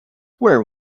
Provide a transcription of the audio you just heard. where